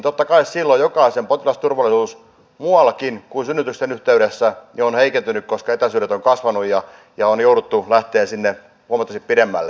totta kai silloin jokaisen potilasturvallisuus muuallakin kuin synnytysten yhteydessä on heikentynyt koska etäisyydet ovat kasvaneet ja on jouduttu lähtemään sinne huomattavasti pidemmälle